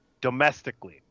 domestically